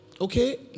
Okay